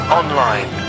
online